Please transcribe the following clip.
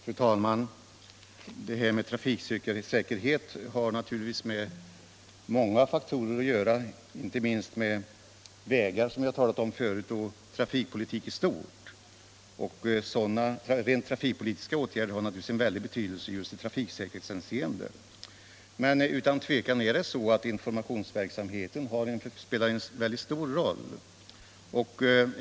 Fru talman! Trafiksäkerheten har naturligtvis med många faktorer att göra, inte minst med vägar — som vi talat om förut — och trafikpolitik i stort. Rent trafikpolitiska åtgärder har naturligtvis en väldig betydelse just i trafiksäkerhetshänseende. Men utan tvivel spelar informationsverksamheten en mycket stor roll.